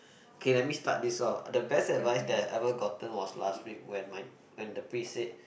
okay let me start this off the best advice that I've ever gotten was last week when my when the priest said